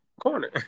corner